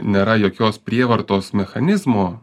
nėra jokios prievartos mechanizmo